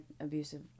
abusive